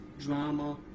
drama